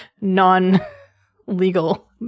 non-legal